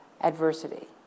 adversity